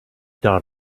dot